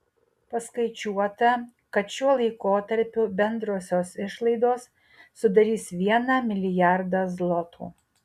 paskaičiuota kad šiuo laikotarpiu bendrosios išlaidos sudarys vieną milijardą zlotų